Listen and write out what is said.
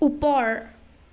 ওপৰ